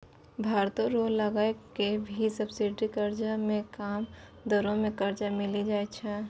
भारत रो लगो के भी सब्सिडी कर्जा मे कम दरो मे कर्जा मिली जाय छै